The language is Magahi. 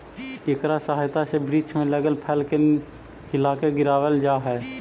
इकरा सहायता से वृक्ष में लगल फल के हिलाके गिरावाल जा हई